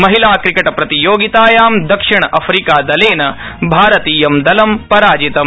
महिलाक्रिकेट प्रतियोगितायां दक्षिण अफ्रीकादलेन भारतीय दलं पराजितम्